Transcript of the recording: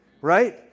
right